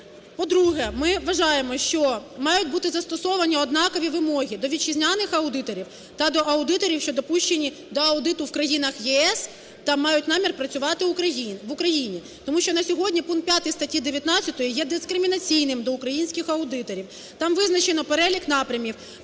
По-друге, ми вважаємо, що мають бути застосовані однакові вимоги до вітчизняних аудиторів та до аудиторів, що допущені до аудиту в країнах ЄС та мають намір працювати в Україні. Тому що на сьогодні пункт 5 статті 19 є дискримінаційним до українських аудиторів. Там визначено перелік напрямів,